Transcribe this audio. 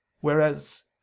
whereas